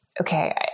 okay